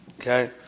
Okay